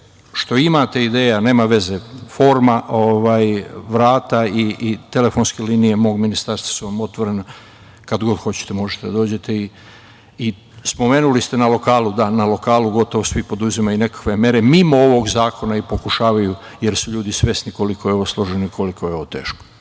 što imate ideja, a nema veze forma, vrata i telefonske linije mog ministarstva su vam otvorene. Kad god hoćete možete da dođete. Spomenuli ste lokal. Na lokalu gotovo svi poduzimaju nekakve mere mimo ovog zakona i pokušavaju jer su ljudi svesni koliko je ovo složeno i koliko je ovo teško.